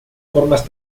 formas